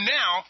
now